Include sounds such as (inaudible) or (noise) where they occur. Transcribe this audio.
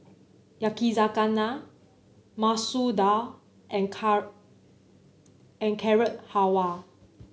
Yakizakana Masoor Dal and (unintelligible) and Carrot Halwa